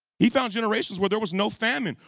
he found generations where there was no famine,